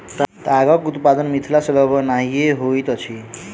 तागक उत्पादन मिथिला मे लगभग नहिये होइत अछि